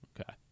Okay